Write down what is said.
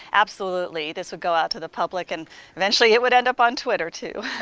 absolutely this would go out to the public and eventually it would end up on twitter, too.